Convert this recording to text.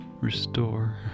restore